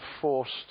forced